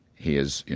he is, you